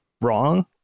wrong